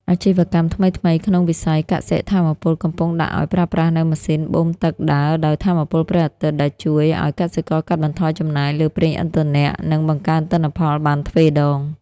អាជីវកម្មថ្មីៗក្នុងវិស័យកសិ-ថាមពល កំពុងដាក់ឱ្យប្រើប្រាស់នូវម៉ាស៊ីនបូមទឹកដើរដោយថាមពលព្រះអាទិត្យ ដែលជួយឱ្យកសិករកាត់បន្ថយចំណាយលើប្រេងឥន្ធនៈ និងបង្កើនទិន្នផលបានទ្វេដង។